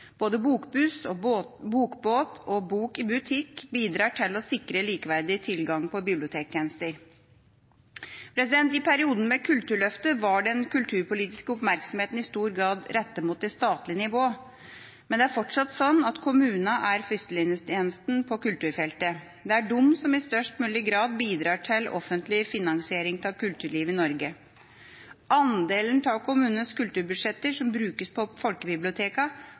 Både bokbuss, bokbåt og bok i butikk bidrar til å sikre likeverdig tilgang på bibliotektjenester. I perioden med Kulturløftet var den kulturpolitiske oppmerksomheten i stor grad rettet mot det statlige nivået, men det er fortsatt sånn at kommunene er førstelinjetjenesten på kulturfeltet. Det er de som i størst mulig grad bidrar til offentlig finansiering av kulturliv i Norge. Andelen av kommunenes kulturbudsjetter som brukes på